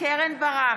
קרן ברק,